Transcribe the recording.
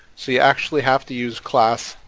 so you actually have to use classname,